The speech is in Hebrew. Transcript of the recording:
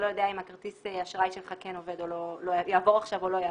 אם כרטיס האשראי שלך יעבור או לא יעבור.